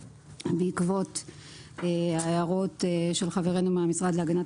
בעקבות ההערות של חברינו מהמשרד להגנת